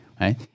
right